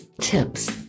tips